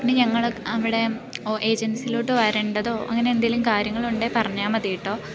ഇനി ഞങ്ങൾ അവിടെ ഏജൻസിലോട്ട് വരേണ്ടതോ അങ്ങനെന്തേലും കാര്യങ്ങളുണ്ടേൽ പറഞ്ഞാൽ മതിട്ടോ